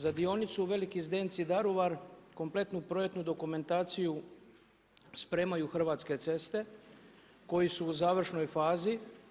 Za dionicu Veliki Zdenci – Daruvar kompletnu projektnu dokumentaciju spremaju Hrvatske ceste koji su u završnoj fazi.